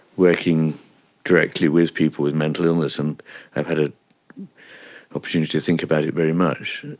working directly with people with mental illness and i've had an opportunity to think about it very much.